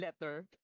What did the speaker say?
letter